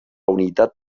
unitat